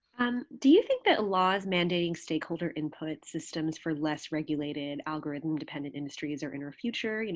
um do you think that laws mandating stakeholder input systems for less regulated algorithm dependent industries are in our future? you know